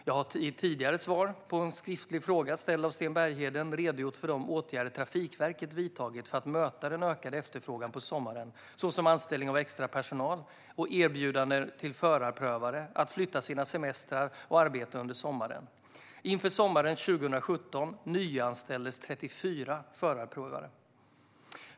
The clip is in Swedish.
Jag har i ett tidigare svar på en skriftlig fråga ställd av Sten Bergheden redogjort för de åtgärder Trafikverket vidtagit för att möta den ökade efterfrågan på sommaren, såsom anställning av extrapersonal och erbjudande till förarprövare att flytta sina semestrar och arbeta under sommaren. Inför sommaren 2017 nyanställdes 34 förarprövare.